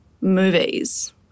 movies